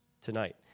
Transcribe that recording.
tonight